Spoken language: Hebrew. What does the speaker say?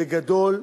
בגדול,